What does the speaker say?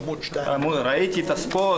עמ' 2. ראיתי את הספורט.